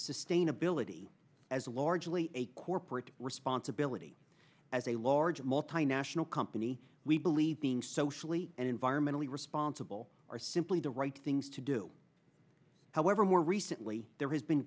sustainability as largely a corporate responsibility as a large multinational company we believe being socially and environmentally responsible are simply the right things to do however more recently there has been